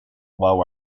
while